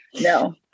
No